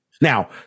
Now